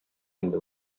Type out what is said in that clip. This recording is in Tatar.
инде